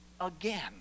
again